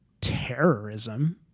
terrorism